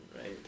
right